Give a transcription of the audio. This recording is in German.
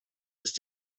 ist